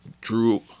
Drew